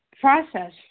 process